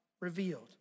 revealed